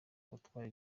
batwara